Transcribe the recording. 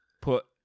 put